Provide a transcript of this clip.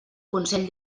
consell